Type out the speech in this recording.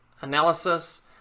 Analysis